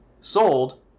sold